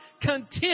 content